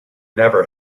never